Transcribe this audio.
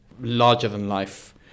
larger-than-life